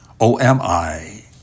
OMI